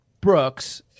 Brooks